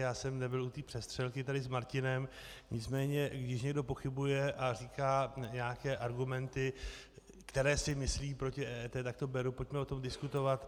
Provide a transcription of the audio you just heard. Já jsem nebyl u té přestřelky tady s Martinem, nicméně když někdo pochybuje a říká nějaké argumenty, které si myslí, proti EET, tak to beru, pojďme o tom diskutovat.